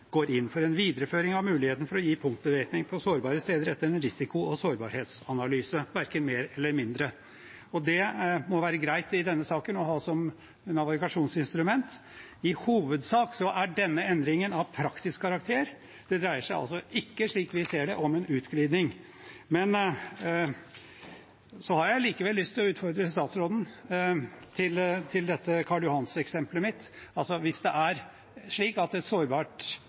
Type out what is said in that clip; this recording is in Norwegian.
går inn for en videreføring av muligheten for å gi punktbevæpning på sårbare steder etter en risiko- og sårbarhetsanalyse – verken mer eller mindre. Det må det være greit å ha som navigasjonsinstrument i denne saken. I hovedsak er denne endringen av praktisk karakter. Det dreier seg altså ikke, slik vi ser det, om en utglidning. Så har jeg allikevel lyst til å utfordre statsråden på Karl Johan-eksemplet mitt. Hvis det er slik at et sårbart